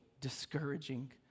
discouraging